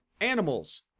Animals